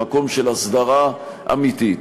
למקום של הסדרה אמיתית.